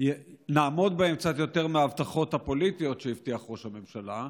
נעמוד בהן קצת יותר מההבטחות הפוליטיות שהבטיח ראש הממשלה.